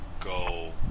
go